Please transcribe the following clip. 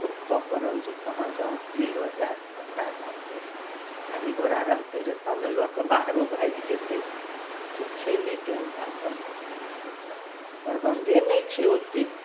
बौखऽ पड़ल जे कहाँ जाउ की लऽ जाउ ककरा साथे गाड़ी घोड़ा रहतइ रऽ तब ने लअ कऽ बाहरो भागि जेतय रऽ से छै नहि तेहन कऽ सब एतऽ प्रबन्धे नहि छै ओत्ते